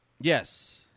yes